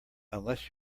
unless